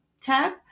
tab